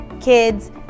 kids